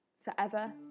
forever